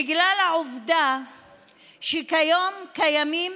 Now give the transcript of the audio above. בגלל העובדה שכיום קיימות